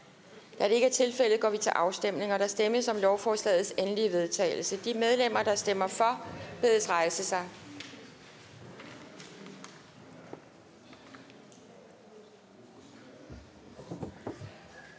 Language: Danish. Afstemning Formanden (Pia Kjærsgaard): Der stemmes om lovforslagets endelige vedtagelse. De medlemmer, der stemmer for, bedes rejse sig.